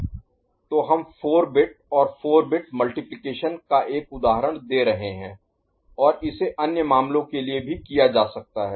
तो हम 4 बिट और 4 बिट मल्टिप्लिकेशन का एक उदाहरण दे रहे हैं और इसे अन्य मामलों के लिए भी किया जा सकता है